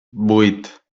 vuit